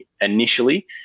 initially